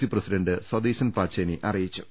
C president Satheesan Pacheni അറിയിച്ചു